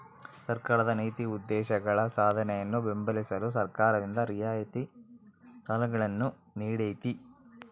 ಸರ್ಕಾರದ ನೀತಿ ಉದ್ದೇಶಗಳ ಸಾಧನೆಯನ್ನು ಬೆಂಬಲಿಸಲು ಸರ್ಕಾರದಿಂದ ರಿಯಾಯಿತಿ ಸಾಲಗಳನ್ನು ನೀಡ್ತೈತಿ